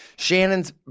Shannon's